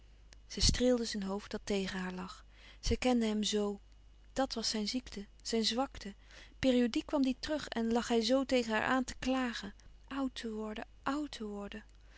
zij streelde zijn hoofd dat tegen haar lag zij kende hem zoo dàt was zijn ziekte zijn zwakte periodiek kwam die terug en lag hij zoo tegen haar aan te klagen oùd te worden oùd te worden